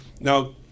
Now